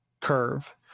curve